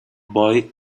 boy